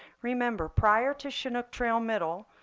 remember, prior to chinook trail middle,